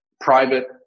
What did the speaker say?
private